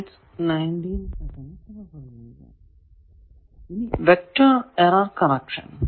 ഇനി vector error correction